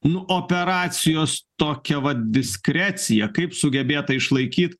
nu operacijos tokia vat diskrecija kaip sugebėta išlaikyt